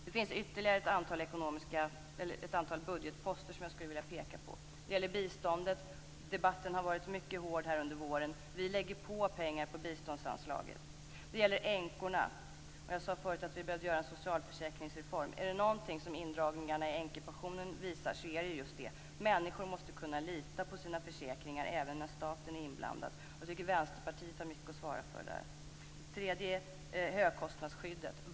Det finns ytterligare ett antal budgetposter som jag skulle vilja peka på. Det gäller biståndet. Debatten har varit mycket hård under våren. Vi lägger mer pengar på biståndsanslaget. Det gäller änkorna. Jag sade förut att vi behöver genomföra en socialförsäkringsreform. Är det någonting som indragningarna i änkepensionen visar är det just det. Människor måste kunna lita på sina försäkringar även när staten är inblandad. Jag tycker att Vänsterpartiet har mycket att svara för där. En tredje sak är högkostnadsskyddet.